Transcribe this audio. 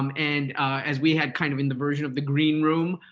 um and as we had kind of in the version of the green room,